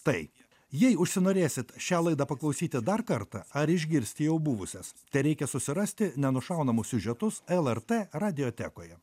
tai jei užsinorėsit šią laidą paklausyti dar kartą ar išgirsti jau buvusias tereikia susirasti nenušaunamus siužetus lrt radiotekoje